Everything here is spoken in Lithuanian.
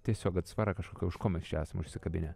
tiesiog atsvara kažkokia už ko mes čia esam užsikabinę